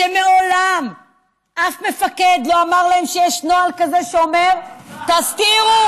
שמעולם אף מפקד לא אמר להם שיש נוהל כזה שאומר: תסתירו,